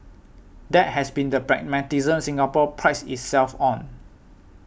that has been the pragmatism Singapore prides itself on